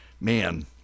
man